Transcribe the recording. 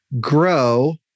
grow